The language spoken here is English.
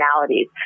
personalities